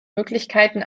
möglichkeiten